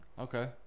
Okay